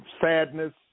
sadness